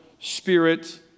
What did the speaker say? spirit